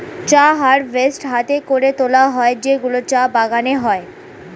চা হারভেস্ট হাতে করে তোলা হয় যেগুলো চা বাগানে হয়